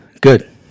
good